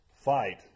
fight